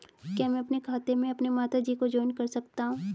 क्या मैं अपने खाते में अपनी माता जी को जॉइंट कर सकता हूँ?